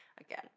again